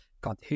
God